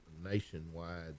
nationwide